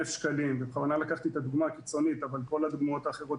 שקלים ובכוונה לקחתי את הדוגמה הקיצונית אבל כל הדוגמאות האחרות